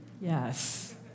Yes